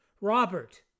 Robert